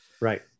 Right